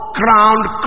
crowned